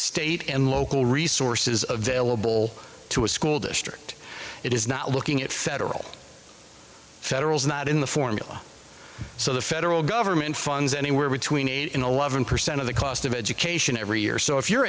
state and local resources available to a school district it is not looking at federal federals not in the formula so the federal government funds anywhere between eight and eleven percent of the cost of education every year so if you're